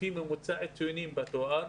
לפי ממוצע הציונים בתואר,